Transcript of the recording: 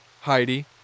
Heidi